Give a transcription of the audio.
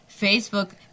Facebook